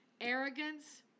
arrogance